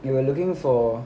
they were looking for